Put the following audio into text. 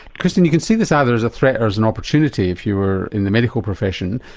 christine you can see this either as a threat or as an opportunity if you were in the medical profession.